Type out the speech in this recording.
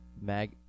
mag